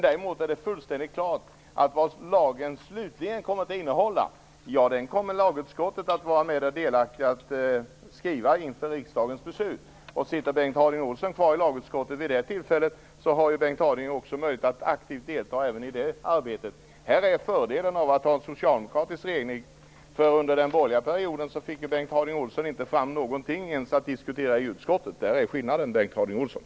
Däremot är det fullständigt klart att vad lagen slutligen kommer att innehålla, ja, det kommer lagutskottet att vara delaktigt i att skriva inför riksdagens beslut. Sitter Bengt Harding Olson kvar i lagutskottet vid det tillfället har Bengt Harding Olson också möjlighet att aktivt delta i det arbetet. Det är fördelen med att ha en socialdemokratisk regering, för under den borgerliga perioden fick Bengt Harding Olson inte ens fram någonting att diskutera i utskottet. Där är skillnaden, Bengt Harding Olson.